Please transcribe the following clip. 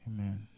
Amen